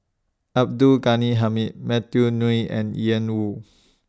Abdul Ghani Hamid Matthew Ngui and Ian Woo